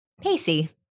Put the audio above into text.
Pacey